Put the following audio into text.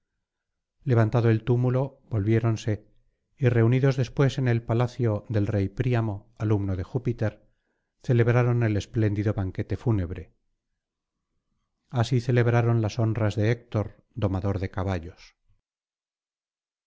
levantado el túmulo volviéronse y reunidos después en el palacio del rey príamo alumno de júpiter celebraron el espléndido banquete fúnebre así celebraron las honras de héctor domador de caballos